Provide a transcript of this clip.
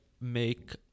make